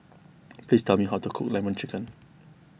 please tell me how to cook Lemon Chicken